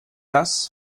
das